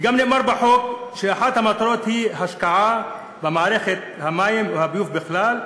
וגם נאמר בחוק שאחת המטרות היא השקעה במערכת המים והביוב בכלל,